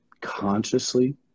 consciously